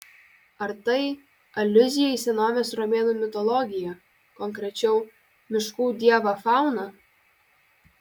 ar tai aliuzija į senovės romėnų mitologiją konkrečiau miškų dievą fauną